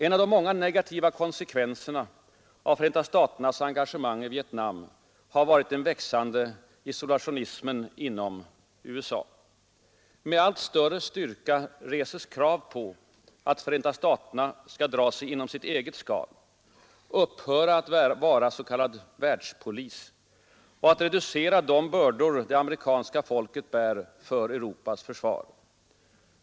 En av de många negativa konsekvenserna av Förenta staternas engagemang i Vietnam har varit den växande isolationismen inom USA. Med allt större styrka reses krav på att Förenta staterna skall dra sig inom sitt eget skal, upphöra att vara s.k. världspolis och att reducera de bördor det amerikanska folket bär för Europas försvar.